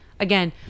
Again